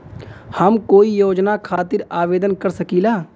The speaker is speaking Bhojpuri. हम कोई योजना खातिर आवेदन कर सकीला?